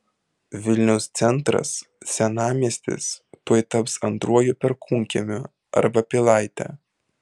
vilniaus centras senamiestis tuoj taps antruoju perkūnkiemiu arba pilaite